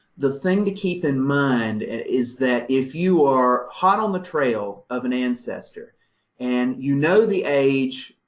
the thing to keep in mind is that if you are hot on the trail of an ancestor and you know the age,